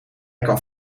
kan